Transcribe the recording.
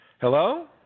Hello